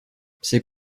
c’est